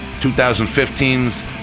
2015's